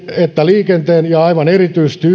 että liikenteen ja aivan erityisesti